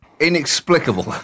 inexplicable